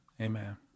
Amen